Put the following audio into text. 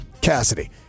Cassidy